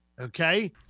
Okay